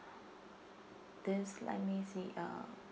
this let me see uh